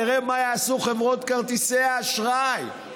נראה מה יעשו חברות כרטיסי האשראי.